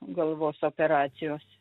galvos operacijos